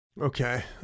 Okay